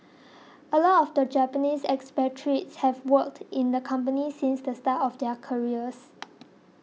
a lot of the Japanese expatriates have worked in the company since the start of their careers